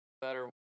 Better